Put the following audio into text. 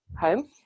home